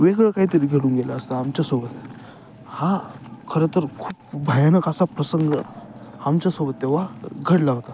वेगळं काहीतरी घडून गेलं असतं आमच्यासोबत हा खरंंतर खूप भयानक असा प्रसंग आमच्यासोबत तेव्हा घडला होता